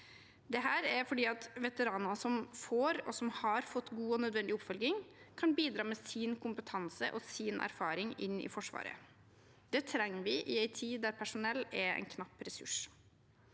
Det er fordi veteraner som får og har fått god og nødvendig oppfølging, kan bidra med sin kompetanse og sin erfaring inn i Forsvaret. Det trenger vi i en tid da personell er en knapp ressurs.